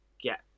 get